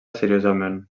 seriosament